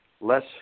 less